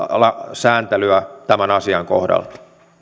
sääntelyä tämän asian kohdalla